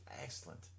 Excellent